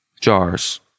jars